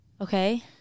Okay